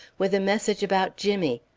with a message about jimmy.